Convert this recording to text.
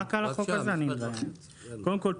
קודם כול,